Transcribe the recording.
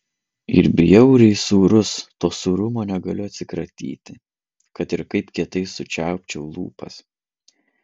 ir bjauriai sūrus to sūrumo negaliu atsikratyti kad ir kaip kietai sučiaupčiau lūpas